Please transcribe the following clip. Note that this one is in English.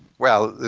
well,